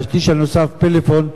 והשליש הנוסף על פלאפון,